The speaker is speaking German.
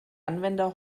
anwender